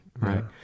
Right